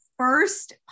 first